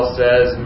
says